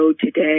today